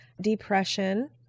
depression